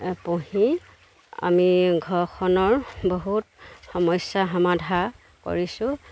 পুহি আমি ঘৰখনৰ বহুত সমস্যা সমাধা কৰিছোঁ